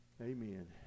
amen